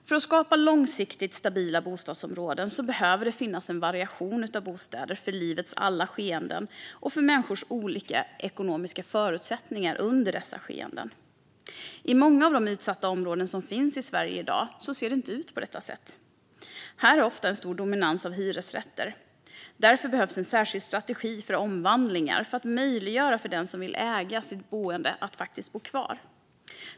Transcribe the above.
För att skapa långsiktigt stabila bostadsområden behöver det finnas en variation av bostäder för livets alla skeden och för människors olika ekonomiska förutsättningar under dessa skeden. I många av de utsatta områden som finns i Sverige i dag ser det inte ut på detta sätt. Här dominerar ofta hyresrätter. Därför behövs en särskild strategi för omvandling för att möjliggöra för den som vill äga sitt boende att bo kvar.